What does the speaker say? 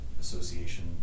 association